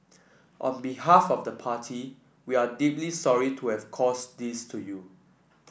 on behalf of the party we are deeply sorry to have caused this to you